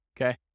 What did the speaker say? okay